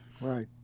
Right